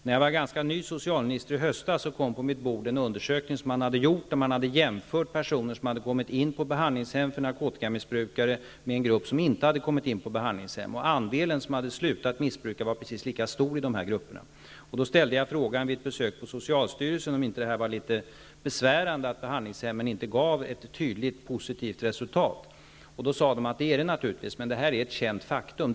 När jag var ganska nytillträdd som socialminister i höstas fick jag på mitt bord en undersökning där man hade jämfört personer som hade kommit in på behandlingshem för narkotikamissbrukare med en grupp som inte hade kommit in på behandlingshem. Andelen som hade slutat missbruka var precis lika stor i de båda grupperna. Vid ett besök på socialstyrelsen ställde jag frågan om det inte var litet besvärande att behandlingshemmen inte gav ett tydligt positivt resultat. De sade att det naturligtvis är så men att det här är ett känt faktum.